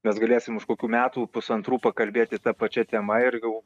mes galėsim už kokių metų pusantrų pakalbėti ta pačia tema ir jau